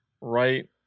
right